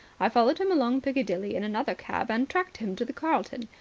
i followed him along piccadilly in another cab, and tracked him to the carlton.